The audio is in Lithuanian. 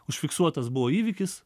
užfiksuotas buvo įvykis